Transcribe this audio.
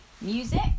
music